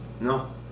No